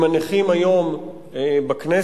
עם הנכים היום בכנסת,